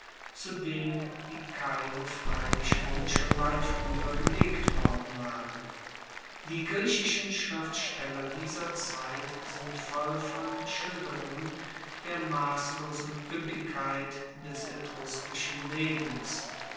dem die keime freilich wohl schon weit frueher gelegt worden waren die griechischen schriftsteller dieser zeit sind voll von schilderungen der masslosen ueppigkeit des etruskischen lebens